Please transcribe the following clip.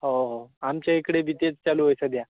हो हो आमच्या इकडेही तेच चालू आहे सध्या